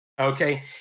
Okay